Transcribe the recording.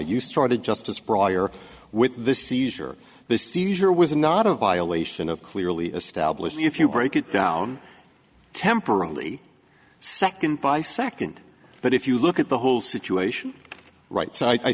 you started just as prior with the seizure the seizure was not a violation of clearly established if you break it down temporarily second by second but if you look at the whole situation right so i